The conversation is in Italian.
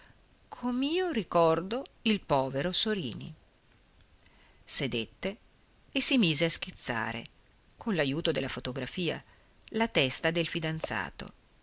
cancella com'io ricordo il povero sorini sedette e si mise a schizzare con l'ajuto della fotografia la testa del fidanzato